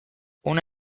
une